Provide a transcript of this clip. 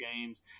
games